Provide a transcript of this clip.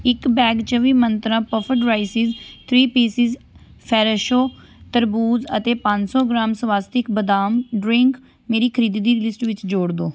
ਇੱਕ ਬੈਗ ਚੌਵੀ ਮੰਤਰਾਂ puffed rices three pieces Fresho ਤਰਬੂਜ਼ ਅਤੇ ਪੰਜ ਸੌ ਗ੍ਰਾਮ ਸਵਾਸਤਿਕ ਬਦਾਮ ਡਰਿੰਕ ਮੇਰੀ ਖਰੀਦੀ ਲਿਸਟ ਵਿੱਚ ਜੋੜ ਦਿਉ